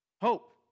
Hope